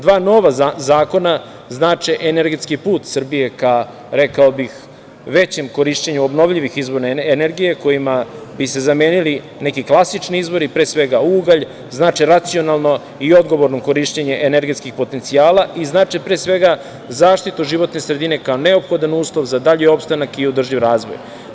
Dva nova zakona znače energetski put Srbije ka, rekao bih, većem korišćenju obnovljivih izvora energije kojima bi se zamenili neki klasični izvori, pre svega ugalj, znače racionalno i odgovorno korišćenje energetskih potencijala i znače pre svega zaštitu životne sredine kao neophodan uslov za dalji opstanak i održivi razvoj.